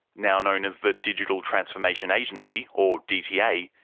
now known as the digital transformation agency, or dta,